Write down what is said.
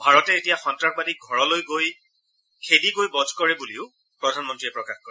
ভাৰতে এতিয়া সন্তাসবাদীক ঘৰলৈ খেদি গৈ বধ কৰে বুলিও প্ৰধানমন্ত্ৰীয়ে প্ৰকাশ কৰে